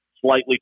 slightly